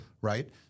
right